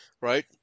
right